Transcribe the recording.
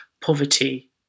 poverty